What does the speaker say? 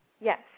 Yes